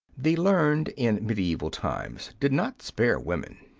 the learned in medieval times did not spare women.